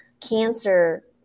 cancer